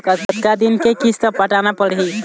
कतका दिन के किस्त पटाना पड़ही?